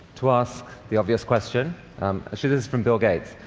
to ask the obvious question actually this is from bill gates